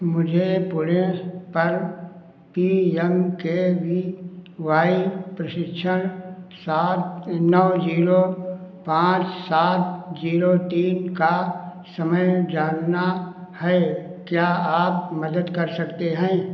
मुझे पुणे पर P M K V Y प्रशिक्षण सात नौ ज़ीरो पाँच सात ज़ीरो तीन का समय जानना है क्या आप मदद कर सकते हैं